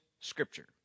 scripture